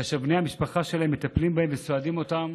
כאשר בני המשפחה שלהם מטפלים בהם וסועדים אותם